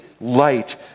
light